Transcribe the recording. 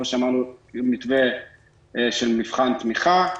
מתווה של מבחן תמיכה.